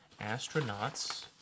astronauts